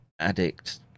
addict